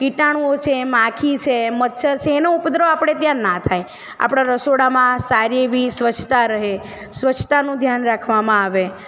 કીટાણુઓ છે એ માખી છે મચ્છર છે એનો ઉપદ્રવ આપણે ત્યાં ના થાય આપણા રસોડામાં સારી એવી સ્વચ્છતા રહે સ્વચ્છતાનું ધ્યાન રાખવામાં આવે